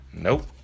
Nope